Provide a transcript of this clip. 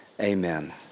Amen